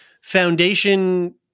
Foundation